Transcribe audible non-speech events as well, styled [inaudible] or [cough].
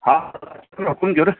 हा हा [unintelligible] हुकुमि कयो न